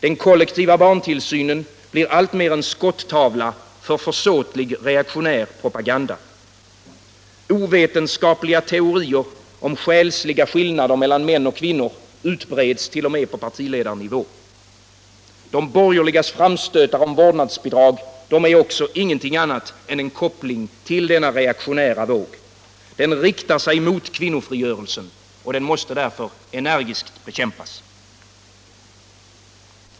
Den kollektiva barntillsynen blir alltmer en skottavla för försåtlig reaktionär propaganda. Ovetenskapliga teorier om själsliga skillnader mellan män och kvinnor utbreds t.o.m. på partiledarnivå. De borgerligas framstötar om vårdnadsbidrag är ingenting annat än en koppling till denna reaktionära våg. Den riktar sig mot kvinnofrigörelsen. Den måste därför energiskt bekämpas.